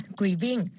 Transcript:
grieving